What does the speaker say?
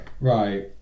Right